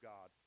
God